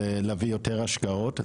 זה להביא יותר השקעות בתשתיות.